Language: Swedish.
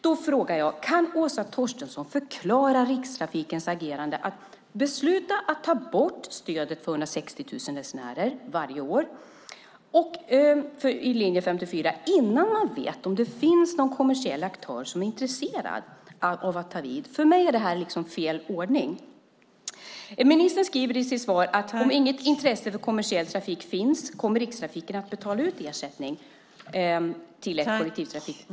Då frågar jag: Kan Åsa Torstensson förklara Rikstrafikens agerande att besluta om att ta bort stödet för 160 000 resenärer varje år på linje 54 innan man vet om det finns någon kommersiell aktör som är intresserad av att ta vid? För mig är detta fel ordning. Ministern skriver i sitt svar att om inget intresse för kommersiell trafik finns kommer Rikstrafiken att betala ut ersättning till ett kollektivtrafikföretag.